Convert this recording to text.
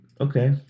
Okay